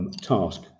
task